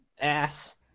ass